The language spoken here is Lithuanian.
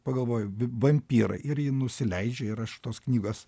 pagalvoju vampyrai ir ji nusileidžia ir aš tos knygos